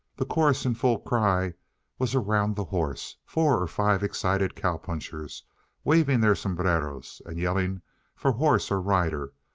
the chorus in full cry was around the horse, four or five excited cow punchers waving their sombreros and yelling for horse or rider,